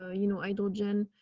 ah you know, i don't, jen.